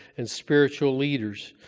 and spiritual leaders.